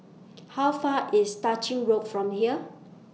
How Far IS Tah Ching Road from here